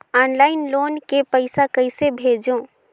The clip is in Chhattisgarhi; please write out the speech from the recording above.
ऑनलाइन लोन के पईसा कइसे भेजों?